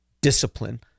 discipline